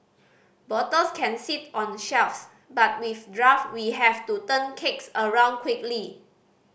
bottles can sit on shelves but with draft we have to turn kegs around quickly